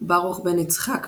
D Gershon Lewental.